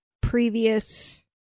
previous